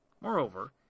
Moreover